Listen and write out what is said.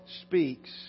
speaks